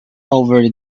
over